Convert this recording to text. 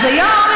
אז היום